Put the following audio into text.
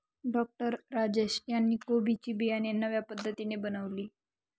doctor Rajesh यांनी कोबी ची बियाणे नव्या पद्धतीने बनवली